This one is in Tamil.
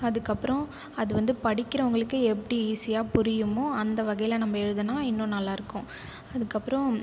அதுக்கப்புறம் அது வந்து படிக்கிறவங்களுக்கு எப்படி ஈஸியாக புரியுமோ அந்த வகையில் நம்ம எழுதுனால் இன்னும் நல்லாயிருக்கும் அதுக்கப்புறம்